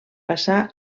passar